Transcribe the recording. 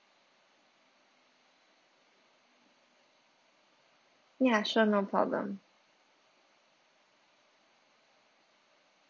ya sure no problem